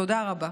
תודה רבה.